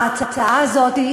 ההצעה הזאת,